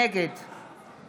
נגד